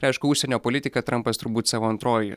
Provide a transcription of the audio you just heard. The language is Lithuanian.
aišku užsienio politika trampas turbūt savo antroj